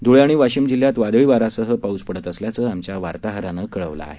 ध्ळे आणि वाशीम जिल्ह्यात वादळी वाऱ्यासह पाऊस पडत असल्याचं आमच्या वार्ताहरानं कळवलं आहे